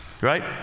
right